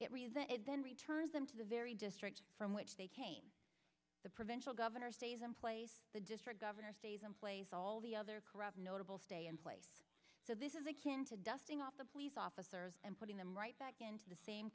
and then returns them to the very district from which they came the provincial governor stays in place the district governor stays in place all the other corrupt notables stay in place so this is akin to dusting off the police officers and putting them right back into the same